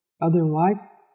Otherwise